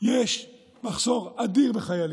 שיש מחסור אדיר בחיילים.